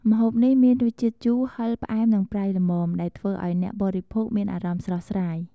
ម្ហូបនេះមានរសជាតិជូរ ហឹរ ផ្អែម និងប្រៃល្មម ដែលធ្វើឱ្យអ្នកបរិភោគមានអារម្មណ៍ស្រស់ស្រាយ។